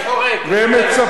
והם מצפים,